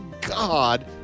God